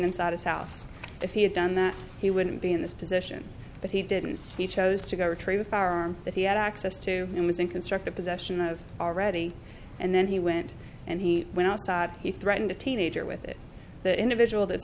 inside his house if he had done that he wouldn't be in this position but he didn't he chose to go retrieve a firearm that he had access to it was in constructive possession of already and then he went and he went out he threatened a teenager with the individual that's